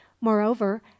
moreover